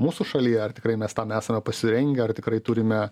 mūsų šalyje ar tikrai mes tam esame pasirengę ar tikrai turime